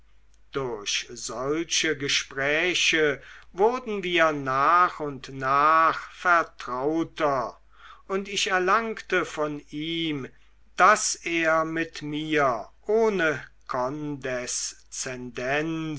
durch solche gespräche wurden wir nach und nach vertrauter und ich erlangte von ihm daß er mit mir ohne